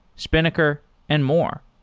spinnaker and more.